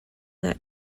that